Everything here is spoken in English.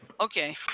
Okay